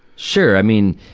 sure. i mean,